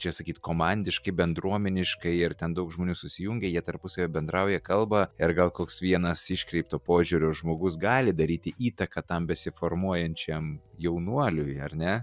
čia sakyt komandiškai bendruomeniškai ir ten daug žmonių susijungia jie tarpusavyje bendrauja kalba ir gal koks vienas iškreipto požiūrio žmogus gali daryti įtaką tam besiformuojančiam jaunuoliui ar ne